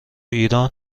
ایران